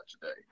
today